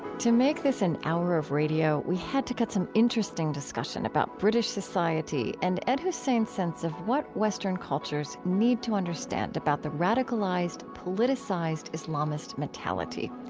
to make this an hour of radio, we had to cut some interesting discussion about british society and ed husain's sense of what western cultures need to understand about the radicalized, politicized islamist mentality.